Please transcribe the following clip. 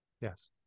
Yes